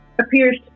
appears